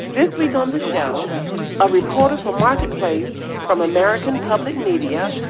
this week on the show a reporter for marketplace from american public media,